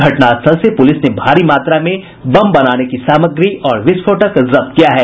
घटनास्थल से पुलिस ने भारी मात्रा में बम बनाने की सामग्री और विस्फोटक जब्त किया है